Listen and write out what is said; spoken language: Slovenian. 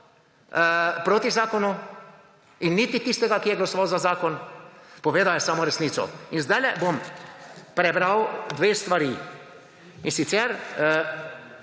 proti zakonu, in niti tistega, ki je glasoval za zakon, povedal je samo resnico. In zdajle bom prebral dve stvari, in sicer